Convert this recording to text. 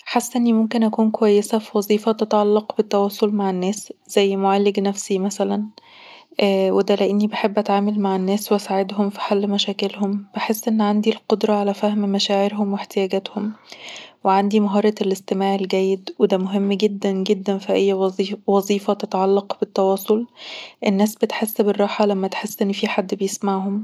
حاسه اني ممكن اكون كويسه في وظيفه تتعلق بالتواصل مع الناس زي معالج نفسي مثلا وده لأني بحب أتعامل مع الناس وأساعدهم في حل مشاكلهم. بحس إن عندي القدرة على فهم مشاعرهم واحتياجاتهم وعندي مهارة الاستماع الجيد، وده مهم جدًا جدا جدا في أي وظيفة تتعلق بالتواصل. الناس بتحس بالراحة لما تحس إن في حد بيسمعهم